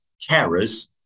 carers